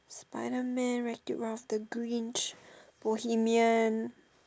Spiderman Wreck Ralph the Grinch Bohemian